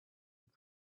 and